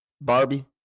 Barbie